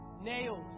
Nails